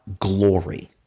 glory